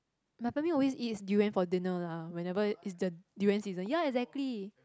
my family always eats durian for dinner lah whenever it's the durian season ya exactly